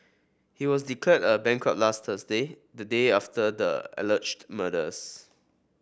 he was declared a bankrupt last Thursday the day after the alleged murders